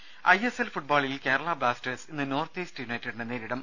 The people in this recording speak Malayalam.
രുമ ഐഎസ്എൽ ഫുട്ബോളിൽ കേരള ബ്ലാസ്റ്റേഴ്സ് ഇന്ന് നോർത്ത് ഈസ്റ്റ് യുണൈറ്റഡിനെ നേരിടും